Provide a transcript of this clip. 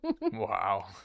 Wow